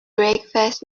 breakfast